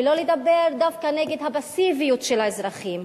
ולא לדבר דווקא נגד הפסיביות של האזרחים.